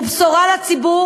הוא בשורה לציבור,